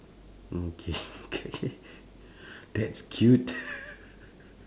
okay K K that's cute